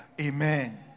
Amen